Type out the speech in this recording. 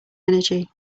energy